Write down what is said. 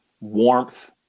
warmth